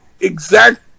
exact